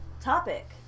topic